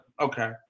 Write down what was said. okay